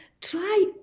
try